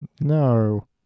No